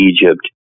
Egypt